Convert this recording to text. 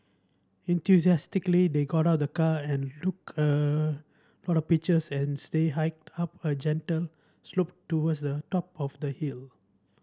enthusiastically they got out the car and look a lot of pictures and stay hiked up a gentle slope towards the top of the hill